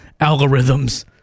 algorithms